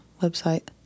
website